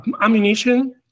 ammunition